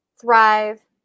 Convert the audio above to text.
thrive